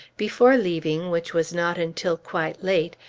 before leaving, which was not until quite late,